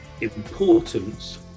importance